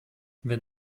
wenn